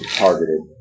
targeted